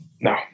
no